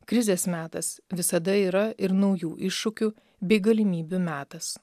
krizės metas visada yra ir naujų iššūkių bei galimybių metas